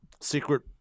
Secret